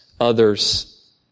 others